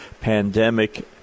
pandemic